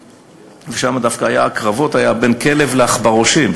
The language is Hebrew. שם דווקא הקרבות היו בין כלב לעכברושים,